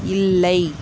இல்லை